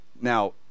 Now